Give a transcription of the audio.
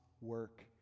work